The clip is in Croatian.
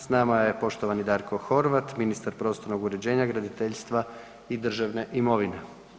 S nama je poštovani Darko Horvat ministar prostornog uređenja, graditeljstva i državne imovine.